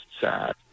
sad